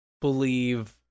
believe